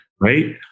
Right